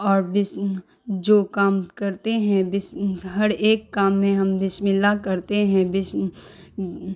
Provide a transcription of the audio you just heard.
اور بسم جو کام کرتے ہیں بسم ہر ایک کام میں ہم بسم اللہ کرتے ہیں بسم